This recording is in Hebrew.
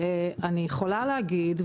אני יכולה להגיד,